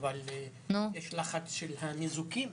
אבל יש לחץ של הניזוקים.